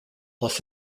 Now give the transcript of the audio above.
los